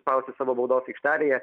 spaustis savo baudos aikštelėje